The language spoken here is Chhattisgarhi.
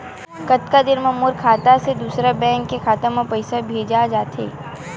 कतका देर मा मोर खाता से दूसरा बैंक के खाता मा पईसा भेजा जाथे?